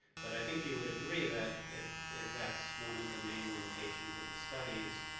but i think you would agree that if if that's one of the main limitations of the studies,